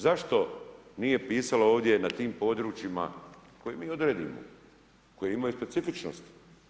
Zašto nije pisalo ovdje na tim područjima koje mi odredimo, koje imaju specifičnost.